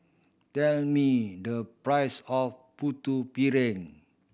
tell me the price of Putu Piring